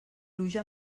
pluja